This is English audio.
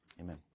Amen